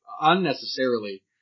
unnecessarily